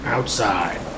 Outside